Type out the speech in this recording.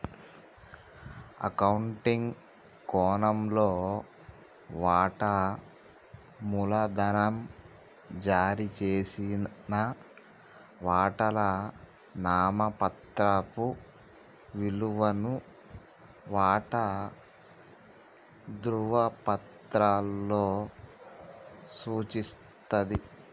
accounting కోణంలో, వాటా మూలధనం జారీ చేసిన వాటాల నామమాత్రపు విలువను వాటా ధృవపత్రాలలో సూచిస్తది